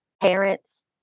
parents